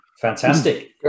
Fantastic